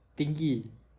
tinggi